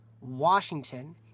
Washington